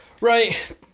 Right